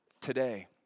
today